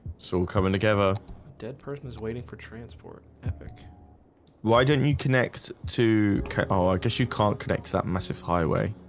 so we're coming together dead person is waiting for transport epic why didn't you connect to our i guess you can't connect that massive highway?